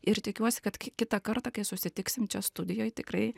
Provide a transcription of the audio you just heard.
ir tikiuosi kad ki kitą kartą kai susitiksim čia studijoj tikrai